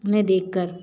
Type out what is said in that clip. उन्हें देखकर